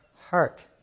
heart